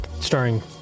starring